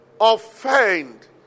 offend